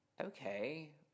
Okay